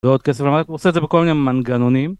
ועוד כסף למעט עושה את זה בכל מיני מנגנונים